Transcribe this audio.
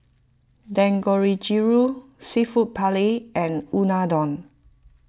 Dangojiru Seafood Paella and Unadon